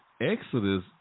Exodus